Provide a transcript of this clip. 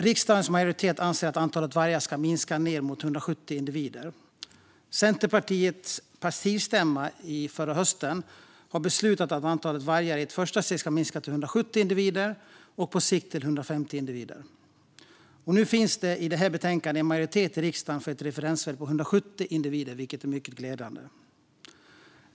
Riksdagens majoritet anser att antalet vargar i Sverige ska minskas ned mot 170 individer. Centerpartiets partistämma beslutade förra hösten att antalet vargar i ett första steg ska minskas till 170 individer och på sikt till 150 individer. Nu finns det i detta betänkande en majoritet i riksdagen för ett referensvärde på 170 individer, vilket är mycket glädjande.